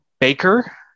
Baker